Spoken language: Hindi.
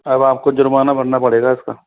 अब आपको जुर्माना भरना पड़ेगा इसका